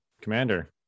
Commander